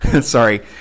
sorry